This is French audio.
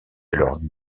alors